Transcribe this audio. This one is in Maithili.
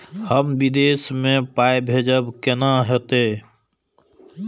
हम विदेश पाय भेजब कैना होते?